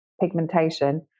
Pigmentation